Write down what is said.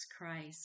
Christ